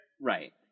Right